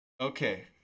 Okay